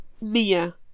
Mia